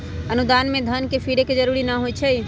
अनुदान में धन के फिरे के जरूरी न होइ छइ